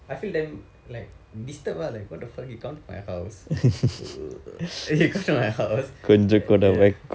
I feel damn like disturbed ah like what the fuck you come to my house you come to my house ya